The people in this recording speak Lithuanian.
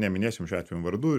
neminėsim šiuo atveju vardų